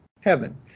heaven